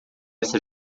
essa